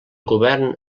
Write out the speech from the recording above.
govern